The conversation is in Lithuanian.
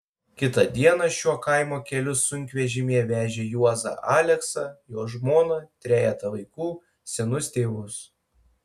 kitą dieną šiuo kaimo keliu sunkvežimyje vežė juozą aleksą jo žmoną trejetą vaikų senus tėvus